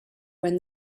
when